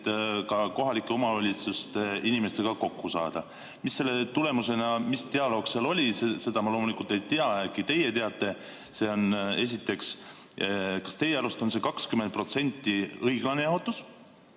ka kohalike omavalitsuste inimestega kokku saada. Mis selle tulemus oli? Mis dialoog seal oli, seda ma loomulikult ei tea, äkki teie teate. Seda esiteks. Teiseks, kas teie arust oleks see 20% õiglane jaotus?